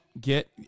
get